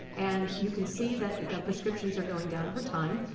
and you can see that the prescriptions are going down over time,